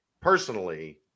personally